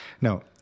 no